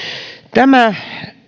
tämä